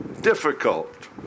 difficult